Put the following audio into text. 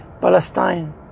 Palestine